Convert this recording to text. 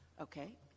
Okay